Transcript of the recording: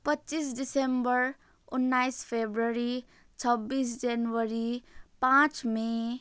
पच्चिस डिसेम्बर उन्नाइस फेब्रुअरी छब्बिस जनवरी पाँच मई